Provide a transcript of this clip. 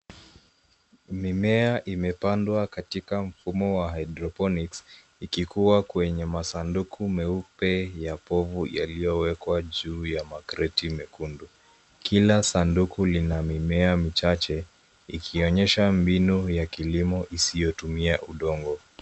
Mimea imepandwa katika mfumo wa hydroponics , ikikua kwenye masanduku meupe ya povu yaliyowekwa juu ya makreti mekundu. Kila sanduku lina mimea michache ikionyesha mbinu ya kilimo isiyotumia udongo.